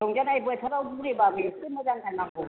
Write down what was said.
रंजानाय बोथोराव बुरैबाबो एसे मोजां गाननांगौ